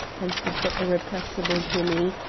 answered the irrepressible jimmy,